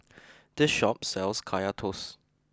this shop sells Kaya Toast